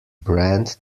brand